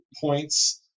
points